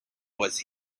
was